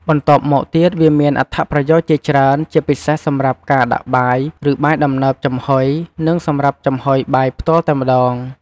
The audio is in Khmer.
បន្ទាប់មកទៀតវាមានអត្ថប្រយោជន៍ជាច្រើន ជាពិសេសសម្រាប់ការដាក់បាយ ឬបាយដំណើបចំហុយ និងសម្រាប់ចំហុយបាយផ្ទាល់តែម្ដង។